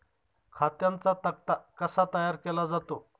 खात्यांचा तक्ता कसा तयार केला जातो?